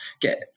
get